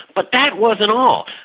but that wasn't all.